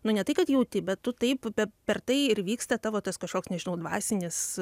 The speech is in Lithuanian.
nu ne tai kad jauti bet tu taip per tai ir vyksta tavo tas kažkoks nežinau dvasinis